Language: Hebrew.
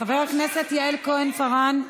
חברת הכנסת יעל כהן-פארן,